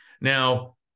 Now